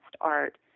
art